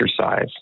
exercise